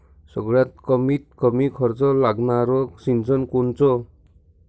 सगळ्यात कमीत कमी खर्च लागनारं सिंचन कोनचं?